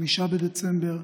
5 בדצמבר,